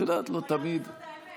לא תמיד זאת האמת.